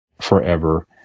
forever